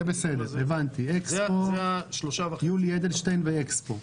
זה הבנתי, יולי אדלשטיין ואקספו.